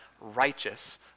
righteous